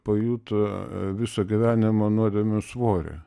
pajuto viso gyvenimo nuodėmių svorį